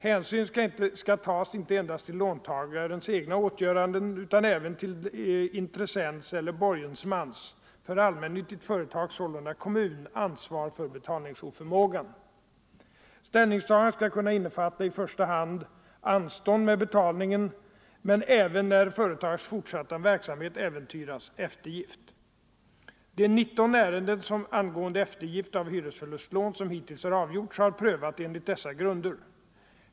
Hänsyn skall tas inte endast till låntagarens egna åtgöranden utan även till intressents eller borgesmans, för allmännyttigt företag sålunda kommun, ansvar för betalningsoförmågan. Ställningstagandet skall kunna innefatta i första hand anstånd med betalningen men även, när företagets fortsatta verksamhet äventyras, eftergift. De 19 ärenden angående eftergift av hyresförlustlån som hittills har avgjorts har prövats enligt dessa grunder.